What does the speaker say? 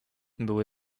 były